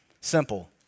simple